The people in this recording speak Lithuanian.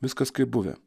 viskas kaip buvę